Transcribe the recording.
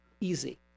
easy